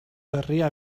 berria